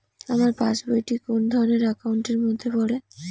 আমার পাশ বই টি কোন ধরণের একাউন্ট এর মধ্যে পড়ে?